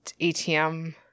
ATM